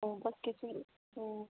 ꯑꯣ ꯕꯥꯁꯀꯦꯠꯇꯤ ꯑꯣ